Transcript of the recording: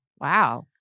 Wow